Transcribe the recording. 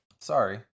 sorry